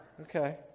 okay